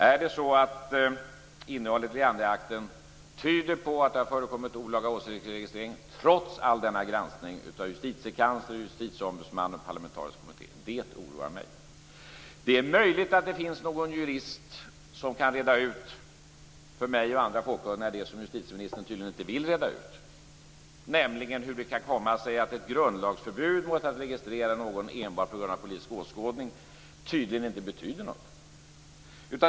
Är det så att innehållet i Leanderakten tyder på att det har förekommit olaga åsiktsregistrering, trots all denna granskning av Justitiekanslern, Justitieombudsmannen och den parlamentariska kommittén, så oroar det mig. Det är möjligt att det finns någon jurist som för mig och andra fåkunniga kan reda ut det som justitieministern tydligen inte vill reda ut, nämligen hur det kan komma sig att ett grundlagsförbud mot att registrera någon enbart på grund av politisk åskådning tydligen inte betyder något.